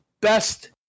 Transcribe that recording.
best